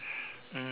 so